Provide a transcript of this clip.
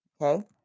okay